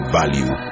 value